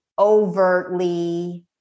overtly